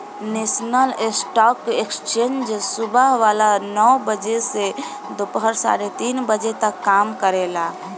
national stock exchange सुबह सवा नौ बजे से दोपहर साढ़े तीन बजे तक काम करेला